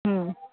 হুম